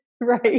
right